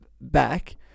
back